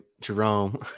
Jerome